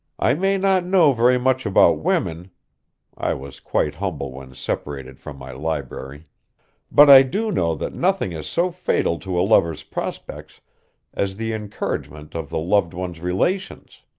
i may not know very much about women i was quite humble when separated from my library but i do know that nothing is so fatal to a lover's prospects as the encouragement of the loved one's relations.